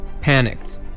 Panicked